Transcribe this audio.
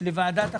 לוועדת החוקה,